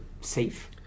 safe